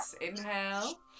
Inhale